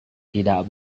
tidak